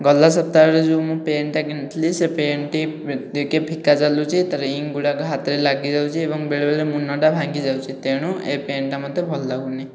ଗଲା ସପ୍ତାହରେ ଯେଉଁ ମୁଁ ପେନ୍ଟା କିଣିଥିଲି ସେ ପେନ୍ଟି ଟିକେ ଫିକା ଚାଲୁଛି ତାର ଇଙ୍କ୍ ଗୁଡ଼ାକ ହାତରେ ଲାଗିଯାଉଛି ଏବଂ ବେଳେ ବେଳେ ମୁନଟା ଭାଙ୍ଗି ଯାଉଛି ତେଣୁ ଏ ପେନ୍ଟା ମତେ ଭଲ ଲାଗୁନି